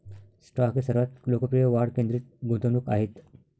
stock हे सर्वात लोकप्रिय वाढ केंद्रित गुंतवणूक आहेत